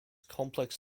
complex